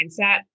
mindset